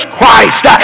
Christ